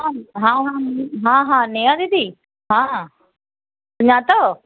हा हा नेहा दीदी हा सुञातव